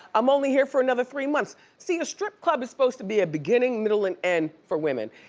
i'm only here for another three months. see, a strip club is supposed to be a beginning, middle and end for women.